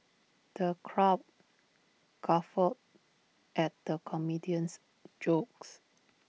the crowd guffawed at the comedian's jokes